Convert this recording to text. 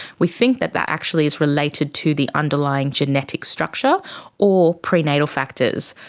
we think that that actually is related to the underlying genetic structure or prenatal factors.